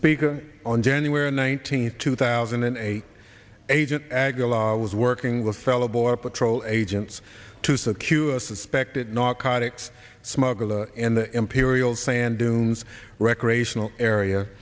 speaker on january nineteenth two thousand and eight agent aguilar was working with fellow border patrol agents to secure a suspected narcotics smuggler and imperial sand dunes recreational area